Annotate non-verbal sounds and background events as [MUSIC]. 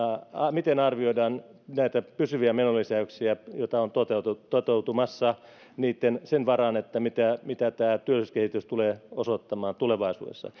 miten arvioidaan näitä pysyviä menolisäyksiä joita on toteutumassa sen varaan mitä mitä työllisyyskehitys tulee osoittamaan tulevaisuudessa [UNINTELLIGIBLE]